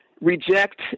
reject